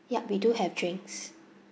yup we do have drinks